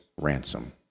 ransom